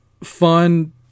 Fun